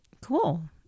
Cool